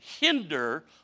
hinder